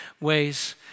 ways